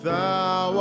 Thou